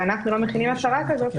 ואנחנו לא מכינים הצהרה כזאת,